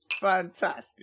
Fantastic